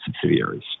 subsidiaries